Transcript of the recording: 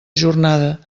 jornada